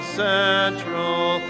central